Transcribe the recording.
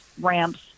ramps